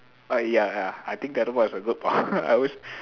ah ya ya I think teleport is a good power I always